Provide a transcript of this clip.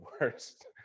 worst